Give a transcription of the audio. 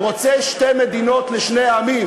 רוצה שני מדינות לשני עמים,